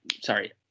sorry